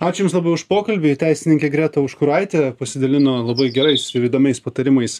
ačiū jums labai už pokalbį teisininkė greta užkuraitė pasidalino labai gerais įdomiais patarimais